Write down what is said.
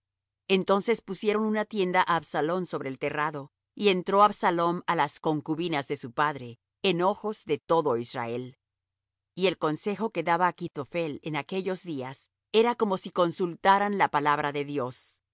entonces pusieron una tienda á absalom sobre el terrado y entró absalom á las concubinas de su padre en ojos de todo israel y el consejo que daba achitophel en aquellos días era como si consultaran la palabra de dios